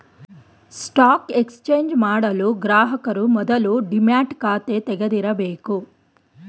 stock exchange ಮಾಡಲು ಗ್ರಾಹಕರು ಮೊದಲು ಡಿಮ್ಯಾಟ್ ಖಾತೆ ತೆಗಿದಿರಬೇಕು